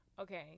Okay